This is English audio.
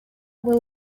will